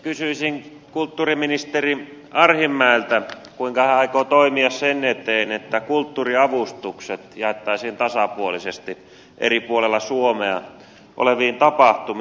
kysyisin kulttuuriministeri arhinmäeltä kuinka hän aikoo toimia sen eteen että kulttuuriavustukset jaettaisiin tasapuolisesti eri puolella suomea oleviin tapahtumiin